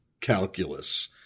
calculus